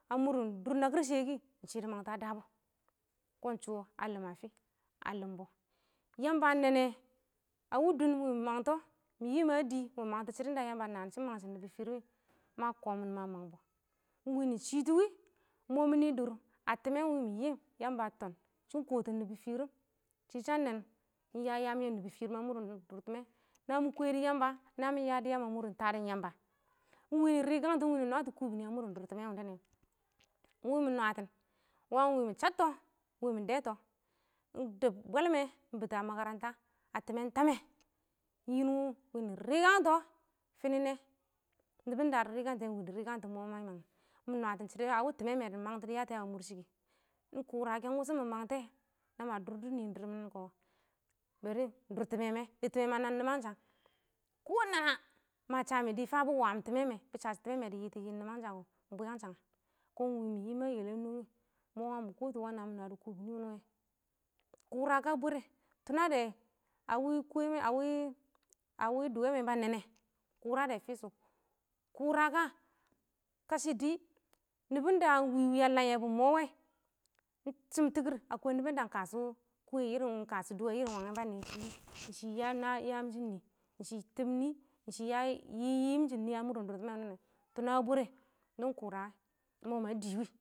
A mʊrɪn dʊr nakɪr shɪyɛ kɪ, ɪng shɪ dɪ mangtɔ a dabɔ, kɔn shʊ wɔ a lɪm a fɪ, a lɪmbɔ. Yamba a nɛ nɛ a wɪ dʊn mɪ mangtɔ, mɪ yɪm a dɪ mɪ mangtɔ shɪdɔn da yamba a naan shɪ mangshɪn nɪbɔ fɪrɪm mɪ ma kɔmɪn ma mangbɔ ɪng wɪ nɪ shɪtʊ wɪ ɪng mɔ mɪ nɪ dʊʊr a tɪmɛ mɪ kɔtɪn, ɪng wɪ mɪ yɪɪm, yamba a tan shɪ kɔtɪn nɪbɔ fɪrɪm shɪ sha nɛɛn ɪng ya yaam yɛ nɪbɔ fɪrɪm a mʊrɪn dʊrtɪmɛ, na mɪ kwɛdʊ yamba na mɪ yadɔ yaam a mʊrɪn tadɔn yamba ɪng wɪ nɪ rɪkangtɔ ɪng wɪ nɪ nwatɔ kubini a mʊrɪn dʊrtɪmɛ wɪndɛ nɛ wɔ, ɪng wɪ nɪ nwatɪn, wangɪn ɪng mɪ chabtɔ ɪng wɪ mɪ detɔ ɪng dəb bwɛlmɛ ɪng bɪtɔ makaranta a tɪmɛn tamɛ ɪng yɪn wʊ wɪnɪ rɪkangtɔ fɪnɪ nɛ, nɪbɔn da dɪ riɒkangtɛ ɪng wɪ dɪ rɪkangtɔ, ɪng mɔ na mɪ nwadɔ a wɪ shɪdɔn da tɪmɛ mɛ dɪ yatɔ yaam a mʊrshɪ kɪ, ɪng kʊrakɛ ɪng wʊshɔ, mɪ mangtɛ na ma dʊr dɔ nɪn dɪrr mɪn kɔ ɪng dʊr tɪmɛ mɛ, dɪ tɪmɛ mɛ a nab nɪmansha, kɔ nana ma sha mɪ dɪ fa bɪ wa tɪmɛ, bɪ shashɪ tɪmɛ mɛ, dɪ yɪtɔ yɪm yɪlangsahng kɔ, ɪng bwɪyangshang, kɔn fɪ ma yɛlɛm nungi. kʊra ka bwɛrɛ a wɪ kʊwɛ mɛ, a wɪ dɔwɛ mɛ ba nɛɛn nɛ, kʊradɛ fɪ shʊ. Kʊra ka, kashɪ dɪ nɪbɔm ɪng wɪ wɪ a lam yɛ bɔ ɪng mɔ wɛ, ɪng chɪm tɪkɪr akwai ɪng wɪ nɪbɔn da ing kashɔ kʊwɛ, kashɔ dɔwɛ wʊ nɪ ba nɛɪyɛ wɛ, ɪng shɪ ya yaam shɪm nɪ, ɪng shɪ tɪm nɪ, ɪng shɪ yɪ yɪɪm shɪn nɪ a mʊr dʊrtɪmɛ, kamɪ tuna bwɛrɛ, mɪ kʊra wɛ, ɪng mɔ ma dɪɪ wɪ.